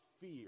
fear